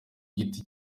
giti